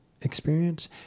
experience